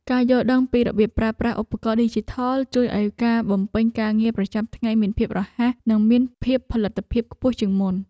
ការយល់ដឹងពីរបៀបប្រើប្រាស់ឧបករណ៍ឌីជីថលជួយឱ្យការបំពេញការងារប្រចាំថ្ងៃមានភាពរហ័ស និងមានផលិតភាពខ្ពស់ជាងមុន។